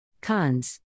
Cons